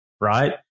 right